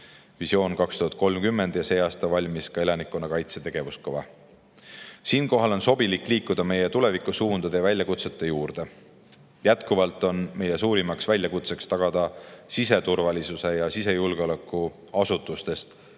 Visioon 2030" ja see aasta valmis ka elanikkonnakaitse tegevuskava. Siinkohal on sobilik liikuda meie tulevikusuundade ja väljakutsete juurde. Jätkuvalt on meie suurim väljakutse tagada, et siseturvalisuse ja sisejulgeoleku asutustes